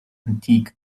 antique